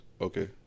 Okay